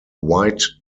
white